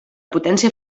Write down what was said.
potència